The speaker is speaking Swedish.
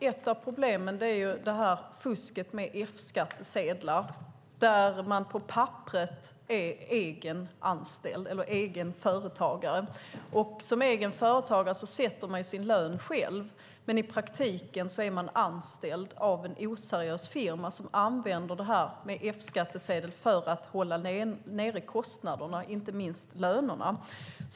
Ett av problemen är fusket med F-skattsedlar där man på papperet är egen företagare - som egen företagare sätter man själv sin lön - men i praktiken är anställd av en oseriös firma som använder F-skattsedel för att hålla kostnaderna nere, inte minst lönerna.